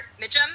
Mitchum